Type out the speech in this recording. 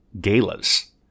galas